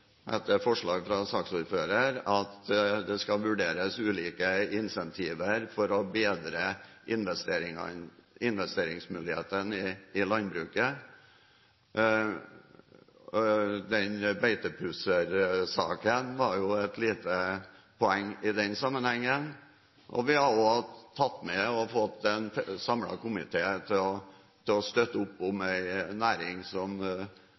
etter forslag fra saksordføreren – at det skal vurderes ulike incentiver for å bedre investeringsmulighetene i landbruket. Saken med beitepussing var et lite poeng i den sammenhengen. Vi har også tatt med – og fått en samlet komité til å støtte opp om – en næring som